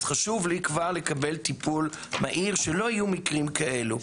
אז חשוב לי כבר לקבל טיפול מהיר שלא יהיו מקרים כאלו.